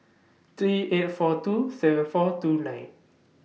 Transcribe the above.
three eight four two seven four two nine